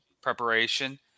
preparation